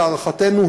להערכתנו,